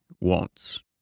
wants